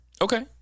Okay